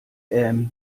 ähm